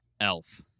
Elf